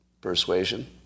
persuasion